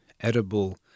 edible